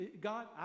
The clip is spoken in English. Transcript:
God